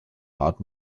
heart